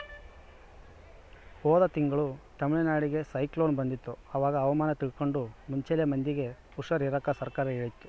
ಹೋದ ತಿಂಗಳು ತಮಿಳುನಾಡಿಗೆ ಸೈಕ್ಲೋನ್ ಬಂದಿತ್ತು, ಅವಾಗ ಹವಾಮಾನ ತಿಳ್ಕಂಡು ಮುಂಚೆಲೆ ಮಂದಿಗೆ ಹುಷಾರ್ ಇರಾಕ ಸರ್ಕಾರ ಹೇಳಿತ್ತು